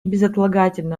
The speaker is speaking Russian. безотлагательно